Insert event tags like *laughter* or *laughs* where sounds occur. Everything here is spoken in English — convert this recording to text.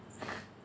*laughs*